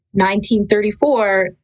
1934